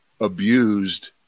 abused